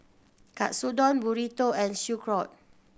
Katsudon Burrito and Sauerkraut